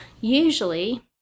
usually